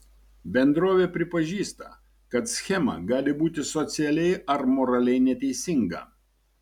bendrovė pripažįsta kad schema gali būti socialiai ar moraliai neteisinga